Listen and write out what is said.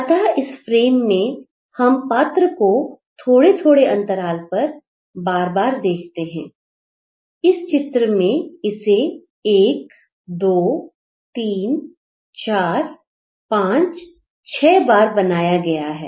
अतः इस फ्रेम में हम पात्र को थोड़े थोड़े अंतराल पर बार बार देखते हैं इस चित्र में इसे 123456 बार बनाया गया है